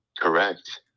Correct